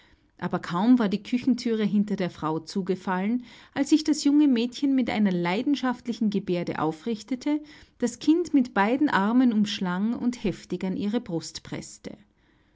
aber kaum war die küchenthüre hinter der frau zugefallen als sich das junge mädchen mit einer leidenschaftlichen gebärde aufrichtete das kind mit beiden armen umschlang und heftig an ihre brust preßte